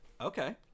Okay